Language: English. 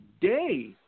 day